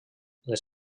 les